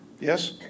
Yes